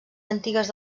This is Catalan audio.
antigues